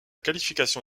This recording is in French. qualification